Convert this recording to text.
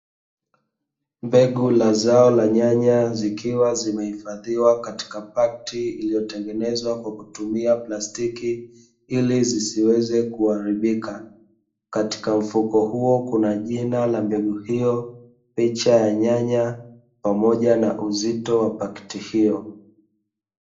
Mbegu za zao la nyanya, zikiwa zimehifadhiwa katika pakiti iliyotengenezwa kwa kutumia plastiki ili zisiweze kuharibika. Katika mfuko huo kuna jina la mbegu hiyo, picha ya nyanya pamoja na uzito wa pakiti hiyo.